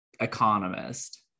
economist